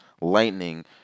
Lightning